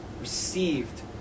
received